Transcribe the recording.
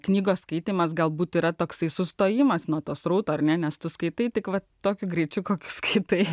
knygos skaitymas galbūt yra toks sustojimas nuo to srauto ar ne nes tu skaitai tik va tokiu greičiu koks hitai